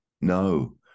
no